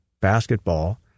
basketball